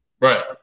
Right